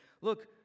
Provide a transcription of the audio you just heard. Look